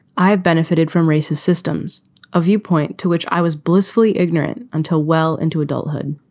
i have benefited from racist systems of viewpoint to which i was blissfully ignorant until well into adulthood.